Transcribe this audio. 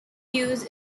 use